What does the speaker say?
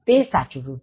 તે સાચુ રુપ છે